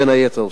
בין היתר,